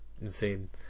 insane